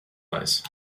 weiß